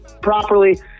properly